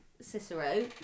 Cicero